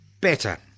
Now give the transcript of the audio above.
better